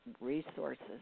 resources